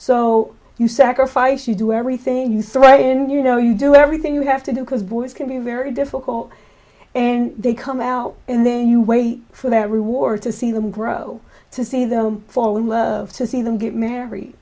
so you sacrifice you do everything right and you know you do every so you have to do because boys can be very difficult and they come out and then you wait for their reward to see them grow to see them fall in love to see them get married